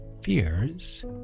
fears